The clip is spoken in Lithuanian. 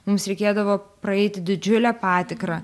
mums reikėdavo praeiti didžiulę patikrą